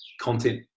content